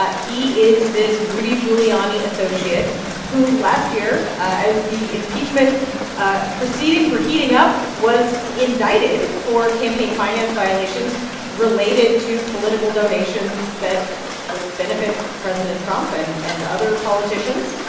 ah he is this rudy giuliani associate who, last year, as the impeachment ah proceedings were heating up, was indicted for campaign finance violations related to political donations that would benefit president trump and and other politicians.